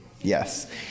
Yes